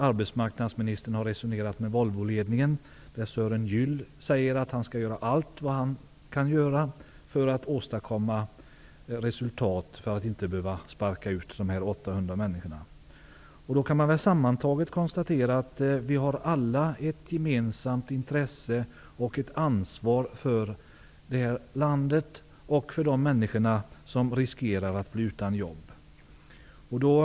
Arbetsmarknadsministern har resonerat med Volvoledningen, där Sören Gyll säger att han skall göra allt han kan för att åstadkomma resultat och för att inte behöva sparka ut dessa 800 människor. Sammantaget kan man konstatera att vi alla har ett gemensamt intresse och ett ansvar för det här landet och för de människor som riskerar att bli utan jobb.